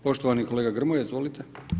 Poštovani kolega Grmoja, izvolite.